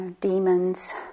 demons